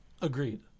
Agreed